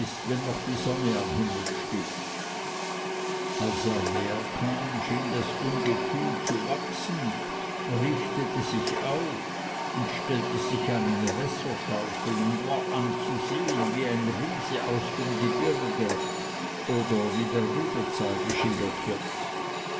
wenn noch die sonne am himmel steht als er näher kam schien das ungetüm zu wachsen richtete sich auf und stellte sich an eine wasserschaufel und war anzusehen wie ein riese aus dem gebirge oder wie der rübezahl geschildert wird